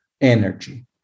energy